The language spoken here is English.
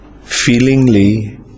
feelingly